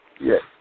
Yes